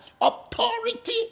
authority